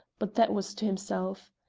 but that was to himself.